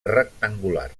rectangular